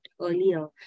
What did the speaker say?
earlier